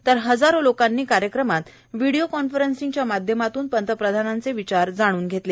तर हजारो लोकांनी कार्यक्रमात व्हिडिओ कॉन्फरसच्या माध्यमातून पंतप्रधानांचे विचार जाणून घेतले